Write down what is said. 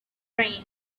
train